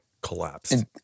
collapsed